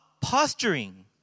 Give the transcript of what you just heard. posturing